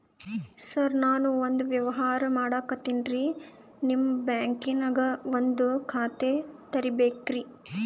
ಸರ ನಾನು ಒಂದು ವ್ಯವಹಾರ ಮಾಡಕತಿನ್ರಿ, ನಿಮ್ ಬ್ಯಾಂಕನಗ ಒಂದು ಖಾತ ತೆರಿಬೇಕ್ರಿ?